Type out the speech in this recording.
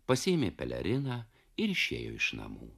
pasiėmė peleriną ir išėjo iš namų